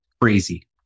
Crazy